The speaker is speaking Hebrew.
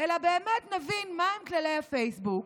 אלא באמת נבין מהם כללי הפייסבוק